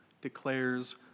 declares